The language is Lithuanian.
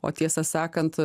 o tiesą sakant